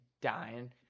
dying